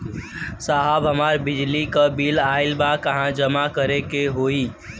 साहब हमार बिजली क बिल ऑयल बा कहाँ जमा करेके होइ?